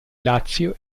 lazio